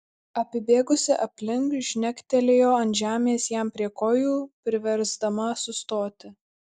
apibėgusi aplink žnektelėjo ant žemės jam prie kojų priversdama sustoti